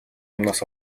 амнаас